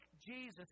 jesus